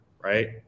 right